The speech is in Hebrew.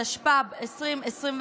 התשפ"ב 2021,